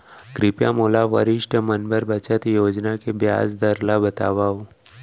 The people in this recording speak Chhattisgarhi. कृपया मोला वरिष्ठ मन बर बचत योजना के ब्याज दर ला बतावव